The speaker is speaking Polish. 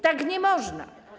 Tak nie można.